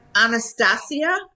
Anastasia